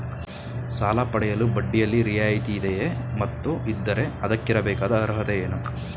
ಸಾಲ ಪಡೆಯಲು ಬಡ್ಡಿಯಲ್ಲಿ ರಿಯಾಯಿತಿ ಇದೆಯೇ ಮತ್ತು ಇದ್ದರೆ ಅದಕ್ಕಿರಬೇಕಾದ ಅರ್ಹತೆ ಏನು?